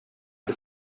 бер